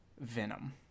Venom